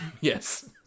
Yes